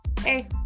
hey